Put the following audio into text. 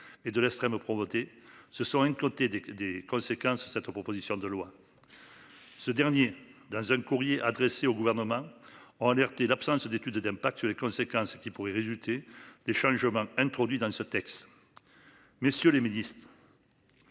et de l'extrême propreté ce sont côté des des conséquences de cette proposition de loi. Ce dernier dans un courrier adressé au gouvernement en alerte et l'absence d'étude d'impact sur les conséquences qui pourraient résulter des changements introduits dans ce texte. Messieurs les ministres.